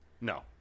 No